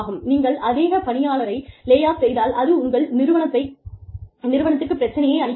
நீங்கள் அநேக பணியாளரை லே ஆஃப் செய்தால் அது உங்கள் நிறுவனத்திற்குப் பிரச்சனையை அளிக்கக் கூடும்